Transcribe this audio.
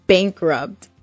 Bankrupt